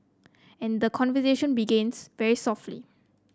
and the conversation begins very softly